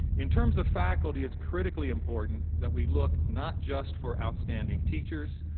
in terms of faculty, it's critically important that we look not just for outstanding teachers,